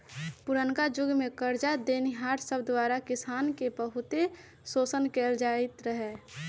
पुरनका जुग में करजा देनिहार सब द्वारा किसान के बहुते शोषण कएल जाइत रहै